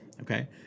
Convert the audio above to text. Okay